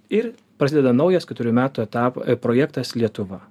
ir prasideda naujas keturių metų etapo projektas lietuva